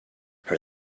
her